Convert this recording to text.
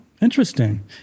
Interesting